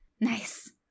Nice